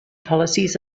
policies